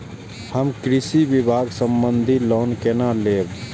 हम कृषि विभाग संबंधी लोन केना लैब?